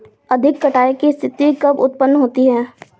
अधिक कटाई की स्थिति कब उतपन्न होती है?